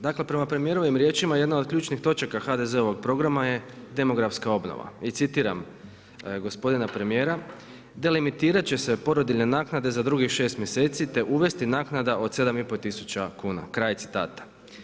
Dakle, prema premijerovim riječima jedna od ključnih točaka HDZ-ovog programa je demografska obnova i citiram gospodina premijera: „Delemitirat će se porodiljne naknade za drugih šest mjeseci, te uvesti naknada od 7 i pol tisuća kuna.“ Kraj citata.